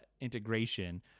Integration